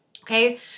okay